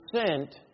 percent